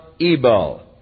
Ebal